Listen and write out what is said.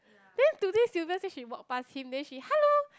then today Silbert say she walk passed him then she hello